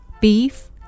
beef